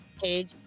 page